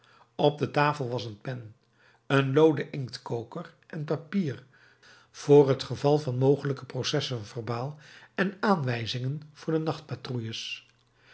op de tafel was een pen een looden inktkoker en papier voor het geval van mogelijke processenverbaal en de aanwijzingen voor de